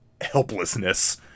helplessness